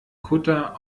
kutter